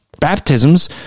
baptisms